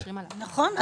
נכון.